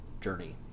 journey